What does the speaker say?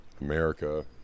America